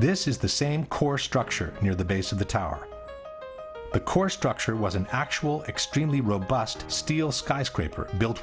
this is the same core structure near the base of the tower the core structure was an actual extremely robust steel skyscraper built